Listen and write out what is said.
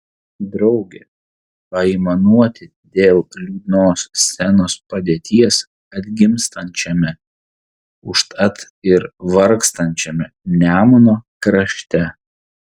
drauge paaimanuoti dėl liūdnos scenos padėties atgimstančiame užtat ir vargstančiame nemuno krašte